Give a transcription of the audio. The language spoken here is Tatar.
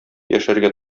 яшәргә